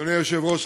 אדוני היושב-ראש,